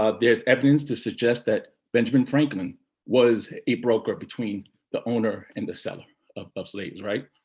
ah there's evidence to suggest that benjamin franklin was a broker between the owner and the seller of of slaves. right?